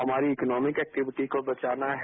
हमारी economic activity को बचाना है